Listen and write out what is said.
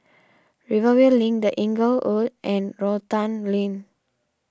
Rivervale Link the Inglewood and Rotan Lane